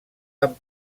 amb